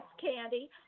Candy